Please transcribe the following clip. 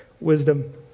wisdom